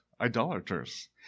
idolaters